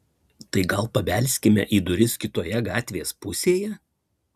tai gal pabelskime į duris kitoje gatvės pusėje